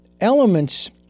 elements